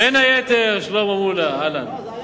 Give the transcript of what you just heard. בין היתר, שלמה מולה, אהלן.